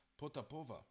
Potapova